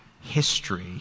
history